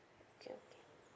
okay okay